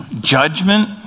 judgment